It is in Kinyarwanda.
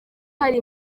hari